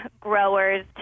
growers